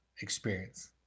experience